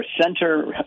center